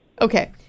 Okay